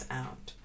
out